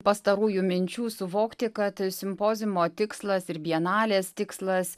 pastarųjų minčių suvokti kad simpoziumo tikslas ir bienalės tikslas